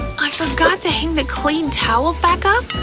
i forgot to hang the clean towels back up?